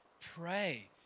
pray